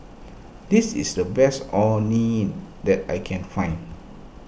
this is the best Orh Nee that I can find